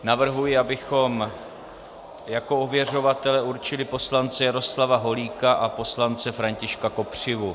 Navrhuji, abychom jako ověřovatele určili poslance Jaroslava Holíka a poslance Františka Kopřivu.